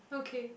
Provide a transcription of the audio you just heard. okay